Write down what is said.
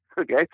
okay